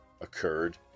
occurred